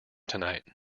tonight